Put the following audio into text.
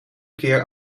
keer